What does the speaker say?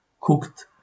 cooked